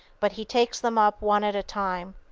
but he takes them up one at a time.